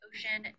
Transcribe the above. Ocean